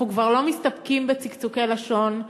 אנחנו כבר לא מסתפקים בצקצוקי לשון,